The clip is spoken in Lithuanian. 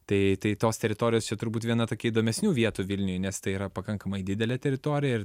tai tai tos teritorijos čia turbūt viena tokių įdomesnių vietų vilniuj nes tai yra pakankamai didelė teritorija ir